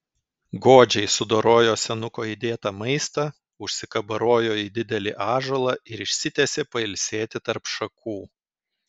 godžiai sudorojo senuko įdėtą maistą užsikabarojo į didelį ąžuolą ir išsitiesė pailsėti tarp šakų